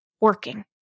working